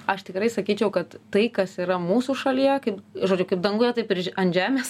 aš tikrai sakyčiau kad tai kas yra mūsų šalyje kaip žodžiu kaip danguje taip ir ant žemės